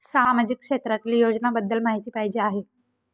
सामाजिक क्षेत्रातील योजनाबद्दल माहिती पाहिजे आहे?